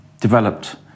developed